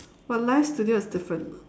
but live studio is different